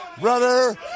brother